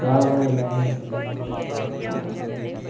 तां बनाई लैन्ने